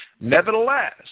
Nevertheless